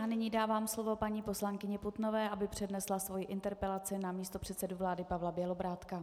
Nyní dávám slovo paní poslankyni Putnové, aby přednesla svoji interpelaci na místopředsedu vlády Pavla Bělobrádka.